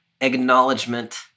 acknowledgement